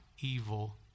evil